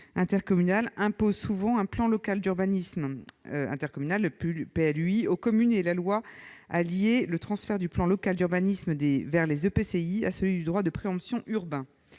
intercommunale imposent souvent un plan local d'urbanisme intercommunal aux communes et la loi a lié le transfert du plan local d'urbanisme vers les EPCI à celui du droit de préemption urbain,